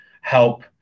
help